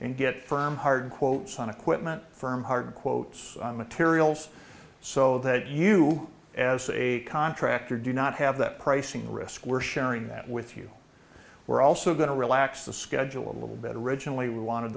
and get firm hard quotes on equipment firm hard quotes and materials so that you as a contractor do not have that pricing risk we're sharing that with you we're also going to relax the schedule a little bit originally we wanted